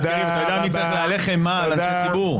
אתה יודע מי צריך להלך אימה על אנשי ציבור?